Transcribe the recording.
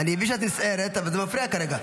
אני מבין שאת נסערת, אבל זה מפריע כרגע.